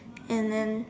and then